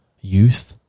youth